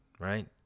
right